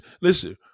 listen